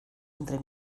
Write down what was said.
entre